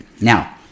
Now